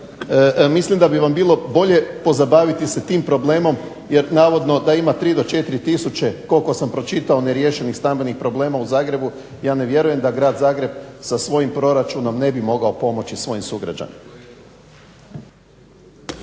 mislim da bi vam bilo bolje pozabaviti se tim problemom jer navodno da ima 3 do 4 tisuće, koliko sam pročitao, neriješenih stambenih problema u Zagrebu. Ja ne vjerujem da Grad Zagreb sa svojim proračunom ne bi mogao pomoći svojim sugrađanima.